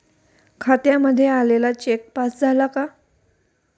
खात्यामध्ये आलेला cheque pass झाला का?